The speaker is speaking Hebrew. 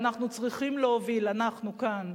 ואנחנו צריכים להוביל, אנחנו, כאן,